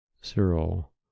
Cyril